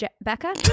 Becca